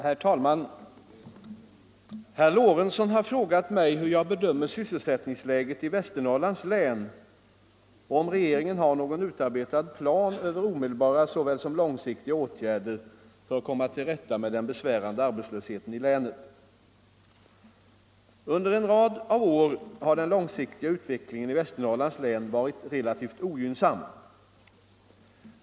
Herr talman! Herr Lorentzon har frågat mig hur jag bedömer sysselsättningsläget i Västernorrlands län och om regeringen har någon utarbetad plan över omedelbara såväl som långsiktiga åtgärder för att komma till rätta med den besvärande arbetslösheten i länet. Under en rad av år har den långsiktiga utvecklingen i Västernorrlands län varit relativt ogynnsam.